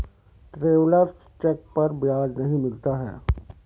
travellers cheque पर ब्याज नहीं मिलता है